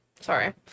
Sorry